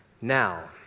Now